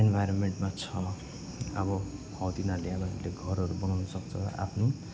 एनभाइरोमेन्टमा छ अब हौ तिनीहरूले अब हामीले घरहरू बनाउनसक्छ आफ्नो